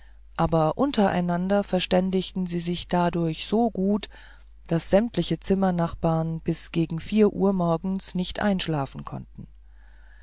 aber untereinander verständigten sie sich dadurch so gut daß sämtliche zimmernachbarn bis gegen vier uhr morgens nicht einschlafen konnten